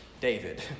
David